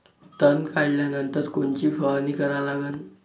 तन काढल्यानंतर कोनची फवारणी करा लागन?